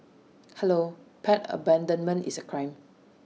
hello pet abandonment is A crime